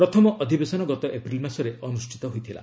ପ୍ରଥମ ଅଧିବେଶନ ଗତ ଏପ୍ରିଲ ମାସରେ ଅନୁଷ୍ଠିତ ହୋଇଥିଲା